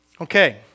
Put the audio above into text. Okay